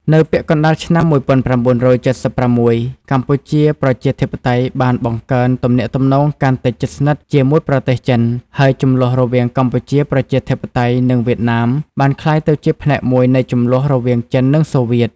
នៅពាក់កណ្តាលឆ្នាំ ១៩៧៦ កម្ពុជាប្រជាធិបតេយ្យបានបង្កើនទំនាក់ទំនងកាន់តែជិតស្និទ្ធជាមួយប្រទេសចិន ហើយជម្លោះរវាងកម្ពុជាប្រជាធិបតេយ្យនិងវៀតណាមបានក្លាយទៅជាផ្នែកមួយនៃជម្លោះរវាងចិននិងសូវៀត។